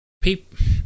people